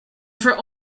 for